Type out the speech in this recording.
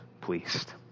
pleased